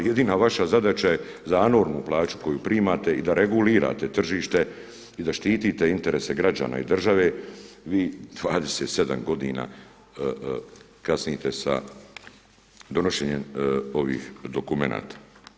Jedina vaša zadaća je za enormnu plaću koju primate i da regulirate tržište i da štitite interese građana i države, vi 27 godina kasnite sa donošenjem ovih dokumenata.